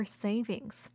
savings